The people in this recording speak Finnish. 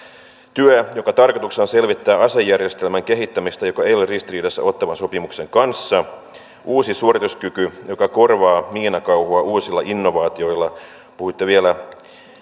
työ jonka tarkoituksena on selvittää asejärjestelmän kehittämistä joka ei ole ristiriidassa ottawan sopimuksen kanssa uusi suorituskyky joka korvaa miinakauhua uusilla innovaatioilla puhuitte vielä